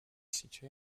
située